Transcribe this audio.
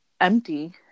empty